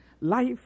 life